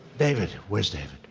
david? where's david?